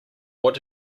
what